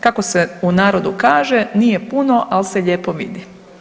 Kako se u narodu kaže, nije puno, al se lijepo vidi.